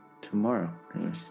tomorrow